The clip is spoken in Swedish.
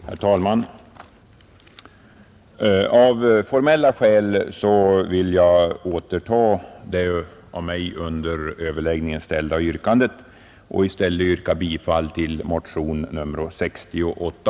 Herr talman! Av formella skäl vill jag återta det av mig under överläggningen framställda yrkandet och i stället yrka bifall till motionen nr 68.